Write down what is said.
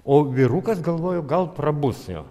o vyrukas galvoju gal prabus jo